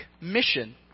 mission